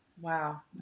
wow